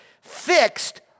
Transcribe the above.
fixed